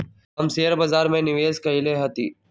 हम शेयर बाजार में निवेश कएले हती